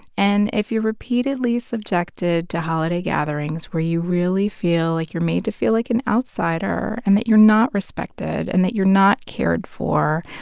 and if you're repeatedly subjected to holiday gatherings where you really feel like you're made to feel like an outsider and that you're not respected and that you're not cared for,